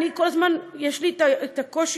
כל הזמן יש לי את הקושי,